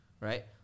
right